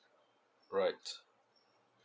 right